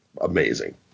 amazing